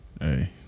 hey